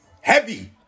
heavy